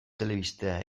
telebista